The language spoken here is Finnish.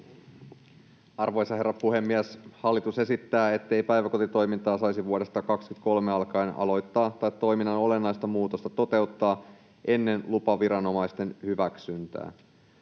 Arvoisa herra puhemies! Hallitus esittää, ettei päiväkotitoimintaa saisi vuodesta 23 alkaen aloittaa tai toiminnan olennaista muutosta toteuttaa ennen lupaviranomaisten hyväksyntää.